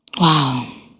Wow